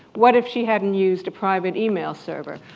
what if she hadn't used a private email server?